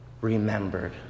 remembered